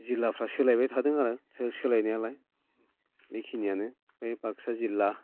जिल्लाफ्रा सोलायबाय थादों आरो सोलायनायालाय बेखिनियानो बे बाक्सा जिल्ला